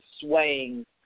swaying